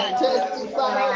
testify